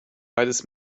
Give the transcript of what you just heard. beides